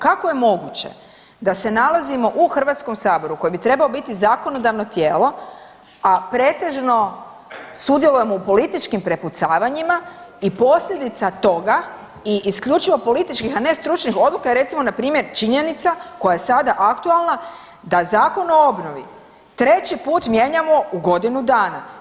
Kako je moguće da se nalazimo u Hrvatskom saboru koji bi trebao biti zakonodavno tijelo, a pretežno sudjelujemo u političkim prepucavanjima i posljedica toga i isključivo političkih, a ne stručnih odluka je recimo npr. činjenica koja je sada aktualna da Zakon o obnovi 3 put mijenjamo u godinu dana.